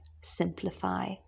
simplify